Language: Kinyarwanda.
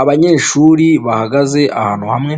Abanyeshuri bahagaze ahantu hamwe,